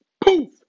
POOF